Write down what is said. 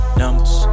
numbers